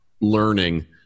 learning